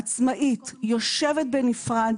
עצמאית, יושבת בנפרד.